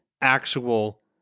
Actual